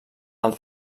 del